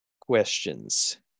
questions